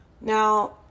Now